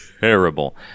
terrible